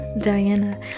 Diana